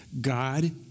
God